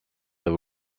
they